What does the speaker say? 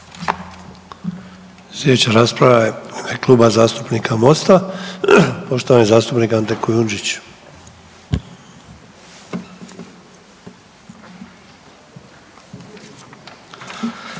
Sljedeća rasprava je u Kluba zastupnika Mosta, poštovani zastupnik Ante Kujundžić.